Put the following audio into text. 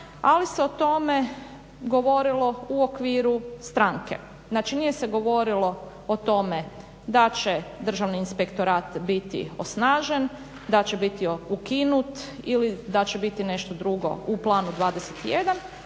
ali se o tome govorilo u okviru stranke. Znači nije se govorilo o tome da će Državni inspektorat biti osnažen, da će biti ukinut ili da će biti nešto drugo u Planu 21,